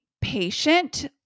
patient